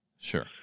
Sure